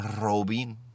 Robin